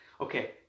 okay